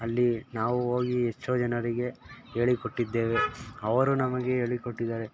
ಅಲ್ಲಿ ನಾವು ಹೋಗಿ ಎಷ್ಟೋ ಜನರಿಗೆ ಹೇಳಿ ಕೊಟ್ಟಿದ್ದೇವೆ ಅವರು ನಮಗೆ ಹೇಳಿ ಕೊಟ್ಟಿದ್ದಾರೆ